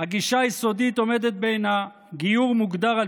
הגישה היסודית עומדת בעינה: גיור מוגדר על